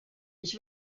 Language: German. ich